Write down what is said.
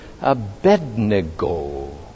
Abednego